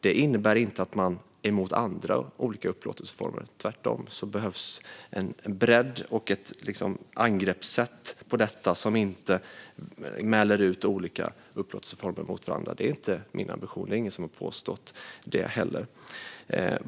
Det innebär inte att vi är emot andra upplåtelseformer; tvärtom behövs en bredd och ett angreppssätt på detta som inte ställer olika upplåtelseformer mot varandra. Det är inte min ambition, och det är det ingen som har påstått heller.